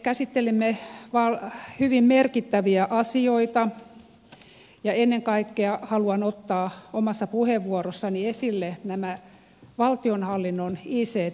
me käsittelemme hyvin merkittäviä asioita ja ennen kaikkea haluan ottaa omassa puheenvuorossani esille nämä valtionhallinnon ict hankkeet